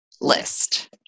list